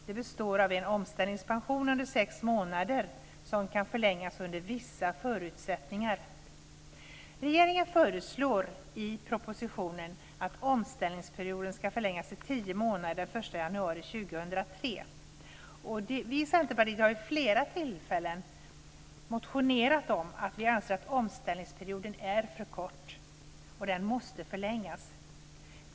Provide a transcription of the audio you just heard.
Det består av en omställningspension under sex månader som kan förlängas under vissa förutsättningar. Regeringen föreslår i propositionen att omställningsperioden ska förlängas till tio månader den 1 januari 2003. Vi i Centerpartiet har vid ett flertal tillfällen motionerat om att omställningsperioden är för kort och att den måste förlängas.